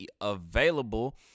available